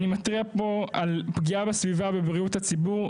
אני מתריע פה על פגיעה בסביבה ובבריאות הציבור.